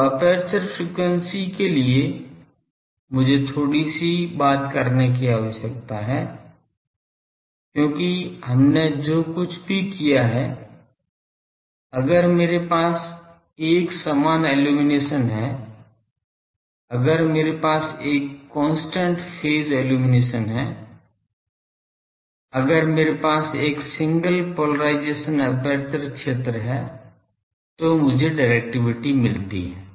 अब aperture efficiency के लिए मुझे थोड़ी सी बात करने की आवश्यकता है क्योंकि हमने जो कुछ भी किया है अगर मेरे पास एक समान इल्लुमिनेशन है अगर मेरे पास एक कांस्टेंट फेज इल्लुमिनेशन है अगर मेरे पास एक सिंगल पोलेराइज़ेशन एपर्चर क्षेत्र है तो मुझे डिरेक्टिविटी मिलती है